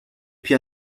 più